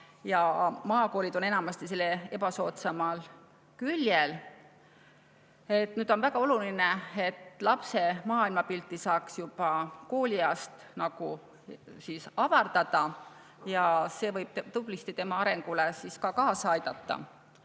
ja maakoolid on enamasti selle ebasoodsamal küljel. Nüüd, on väga oluline, et lapse maailmapilti saaks juba koolieast alates avardada, see võib tublisti tema arengule kaasa aidata.